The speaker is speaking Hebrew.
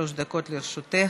עד שלוש דקות לרשותך.